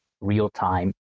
real-time